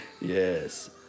Yes